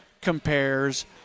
compares